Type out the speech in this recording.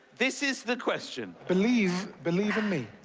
this is the question. believe. believe in me.